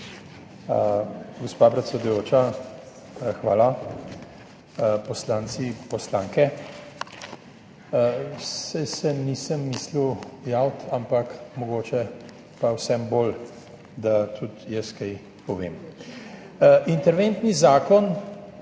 Gospa predsedujoča, hvala. Poslanci, poslanke! Saj se nisem mislil javiti, ampak mogoče pa vseeno bolje, da tudi jaz kaj povem. Interventni zakon